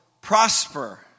prosper